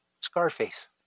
Scarface